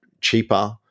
cheaper